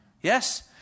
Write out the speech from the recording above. Yes